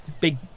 big